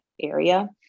area